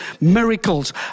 miracles